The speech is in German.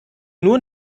nur